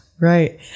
Right